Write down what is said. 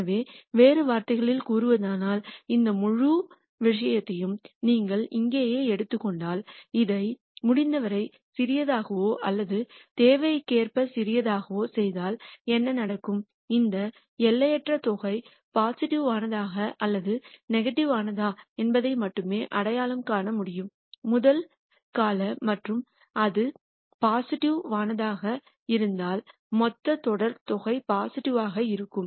எனவே வேறு வார்த்தைகளில் கூறுவதானால் இந்த முழு விஷயத்தையும் நீங்கள் இங்கேயே எடுத்துக் கொண்டால் இதை முடிந்தவரை சிறியதாகவோ அல்லது தேவைக்கேற்ப சிறியதாகவோ செய்தால் என்ன நடக்கும் இந்த எல்லையற்ற தொகை பாசிட்டிவ் வானதா அல்லது நெகட்டிவானதா என்பதை மட்டுமே அடையாளம் காண முடியும் முதல் கால மற்றும் அது பாசிட்டிவ் வானதா இருந்தால் மொத்தத் தொடர் தொகை பாசிட்டிவ் ஆக இருக்கும்